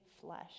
flesh